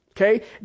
Okay